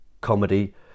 comedy